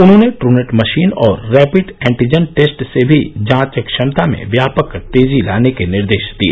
उन्होंने ट्रनेट मशीन और रैपिड एंटिजन टेस्ट से भी जांच क्षमता में व्यापक तेजी लाने के निर्देश दिए